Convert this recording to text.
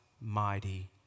mighty